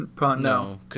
No